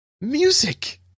music